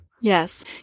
Yes